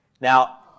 Now